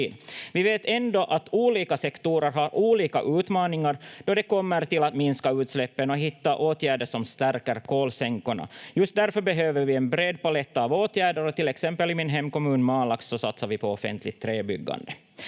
Vi vet ändå att olika sektorer har olika utmaningar då det kommer till att minska utsläppen och hitta åtgärder som stärker kolsänkorna. Just därför behöver vi en bred palett av åtgärder, och till exempel i min hemkommun Malax satsar vi på offentligt träbyggande.